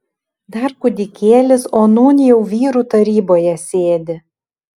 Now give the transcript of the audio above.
dar kūdikėlis o nūn jau vyrų taryboje sėdi